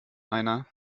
einer